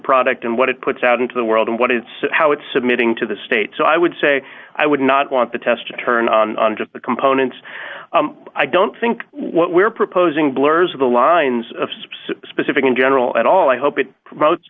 product and what it puts out into the world and what it's how it's submitting to the state so i would say i would not want the test to turn on just the components i don't think what we're proposing blurs the lines of sp's specific in general at all i hope it